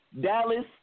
Dallas